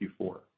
Q4